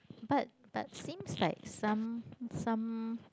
but but seems like some some